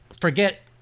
forget